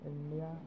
India